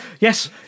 Yes